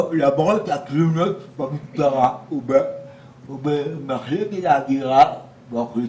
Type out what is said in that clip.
למרות התלונות במשטרה ובמחלקת ההגירה ברשות האוכלוסין,